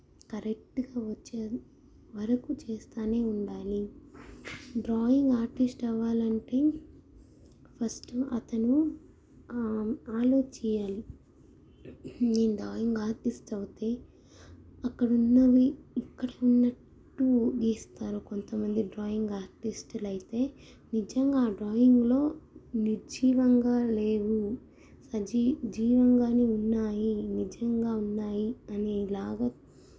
కరెక్ట్గా వచ్చే వరకు చేస్తూనే ఉండాలి డ్రాయింగ్ ఆర్టిస్ట్ అవ్వాలంటే ఫస్ట్ అతను అలో చెయ్యాలి నేను డ్రాయింగ్ ఆర్టిస్ట్ అవైతే అక్కడ ఉన్నవి ఇక్కడ ఉన్నట్టు గీస్తారు కొంత మంది డ్రాయింగ్ ఆర్టిస్టులు అయితే నిజంగా ఆ డ్రాయింగ్లో నిర్జీవంగా లేవు సజి జీవంగాను ఉన్నాయి నిజంగా ఉన్నాయి అనేలాగా